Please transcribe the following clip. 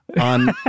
on